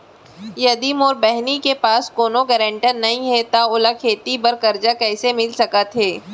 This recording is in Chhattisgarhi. यदि मोर बहिनी के पास कोनो गरेंटेटर नई हे त ओला खेती बर कर्जा कईसे मिल सकत हे?